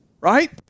right